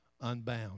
unbound